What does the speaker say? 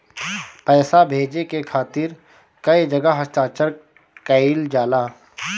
पैसा भेजे के खातिर कै जगह हस्ताक्षर कैइल जाला?